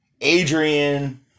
adrian